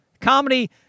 Comedy